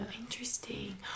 Interesting